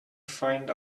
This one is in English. find